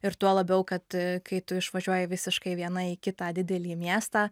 ir tuo labiau kad kai tu išvažiuoji visiškai viena į kitą didelį miestą